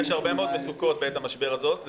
יש הרבה מאוד מצוקות בעת המשבר הזאת,